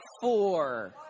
four